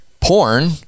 porn